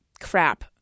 crap